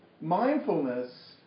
mindfulness